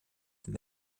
dem